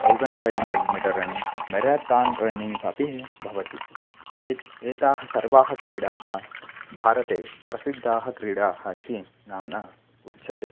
thousand five hundred metre running marathon running अपि भवति एत् एताः सर्वाः क्रीडाः भारते प्रसिद्धाः क्रीडाः इति नाम्ना उच्यते